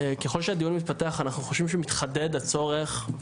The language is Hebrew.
ככל שהדיון מתפתח אנחנו חושבים שמתחדד הצורך,